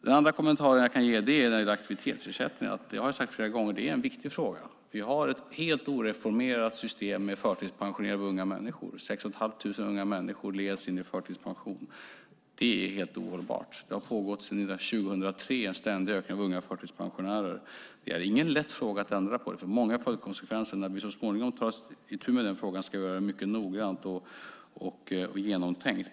Den andra kommentaren jag kan ge gäller aktivitetsersättningen. Som jag har sagt flera gånger är det en viktig fråga. Vi har ett helt oreformerat system med förtidspensionering av unga människor. 6 500 unga människor leds in i förtidspension. Det är helt ohållbart. Detta har pågått sedan 2003 - en ständig ökning av unga förtidspensionärer. Det är ingen lätt fråga att ändra på detta. Det får många följdkonsekvenser. När vi så småningom tar itu med frågan ska vi göra det mycket noggrant och genomtänkt.